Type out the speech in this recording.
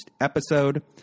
episode